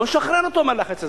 בוא נשחרר אותו מהלחץ הזה.